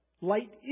Light